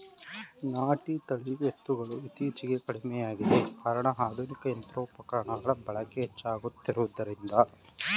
ನಾಟಿ ತಳಿಯ ಎತ್ತುಗಳು ಇತ್ತೀಚೆಗೆ ಕಡಿಮೆಯಾಗಿದೆ ಕಾರಣ ಆಧುನಿಕ ಯಂತ್ರೋಪಕರಣಗಳ ಬಳಕೆ ಹೆಚ್ಚಾಗುತ್ತಿರುವುದರಿಂದ